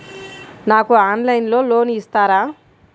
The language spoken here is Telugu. నాకు ఆన్లైన్లో లోన్ ఇస్తారా?